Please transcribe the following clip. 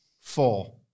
Four